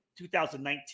2019